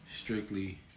strictly